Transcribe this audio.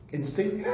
Instinct